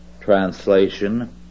translation